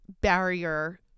barrier